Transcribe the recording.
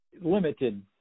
limited